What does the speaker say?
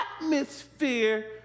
atmosphere